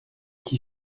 qui